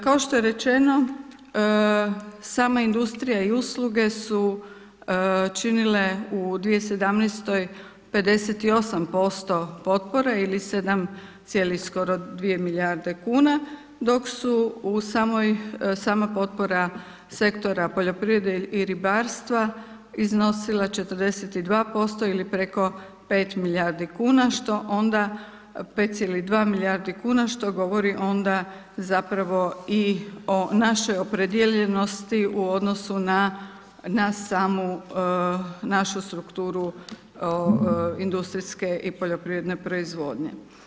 Kao što je rečeno, sama industrija i usluge su činile u 2017. 58% potpore ili 7 cijelih skoro 2 milijarde kuna, dok su u samoj, sama potpora sektora poljoprivrede i ribarstva iznosila 42% ili preko 5 milijardi kuna, što onda, 5,2 milijardi kuna, što govori onda i o našoj opredijeljenosti u odnosu na samu našu strukturu industrijske i poljoprivredne proizvodnje.